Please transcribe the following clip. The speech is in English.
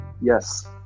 Yes